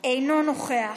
אינו נוכח.